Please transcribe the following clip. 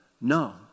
No